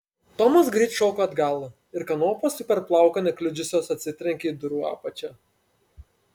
tomas greit šoko atgal ir kanopos tik per plauką nekliudžiusios atsitrenkė į durų apačią